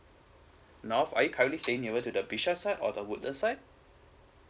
north are you currently staying near the bishan side or woodlands side